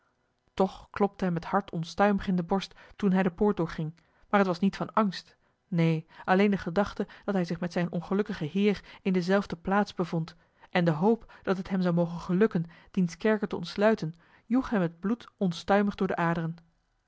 toch klopte hem het hart onstuimig in de borst toen hij de poort doorging maar het was niet van angst neen alleen de gedachte dat hij zich met zijn ongelukkigen heer in dezelfde plaats bevond en de hoop dat het hem zou mogen gelukken diens kerker te ontsluiten joeg hem het bloed onstuimig door de aderen